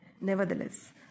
Nevertheless